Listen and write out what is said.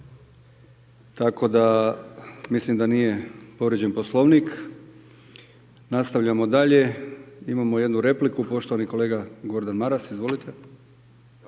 Tako da mislim da nije povrijeđen Poslovnik. Nastavljamo dalje. Imamo jednu repliku. Poštovani kolega Gordan Maras. Izvolite.